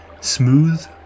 smooth